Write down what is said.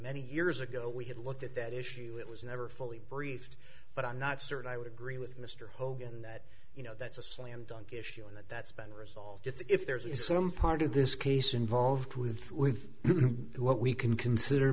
many years ago we had looked at that issue it was never fully briefed but i'm not certain i would agree with mr hogan that you know that's a slam dunk issue and that's been resolved if there's a some part of this case involved with with what we can consider